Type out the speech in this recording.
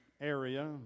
area